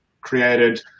created